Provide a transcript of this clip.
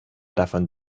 davon